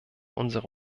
unsere